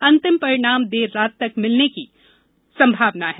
अंतिम परिणाम देर रात तक मिलने की संभावना है